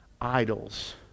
idols